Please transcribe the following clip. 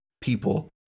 people